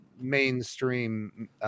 mainstream